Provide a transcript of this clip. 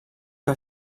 que